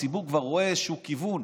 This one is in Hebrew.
הציבור כבר רואה איזשהו כיוון